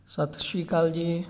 ਸਤਿ ਸ਼੍ਰੀ ਅਕਾਲ ਜੀ